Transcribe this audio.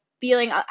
feeling